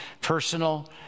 personal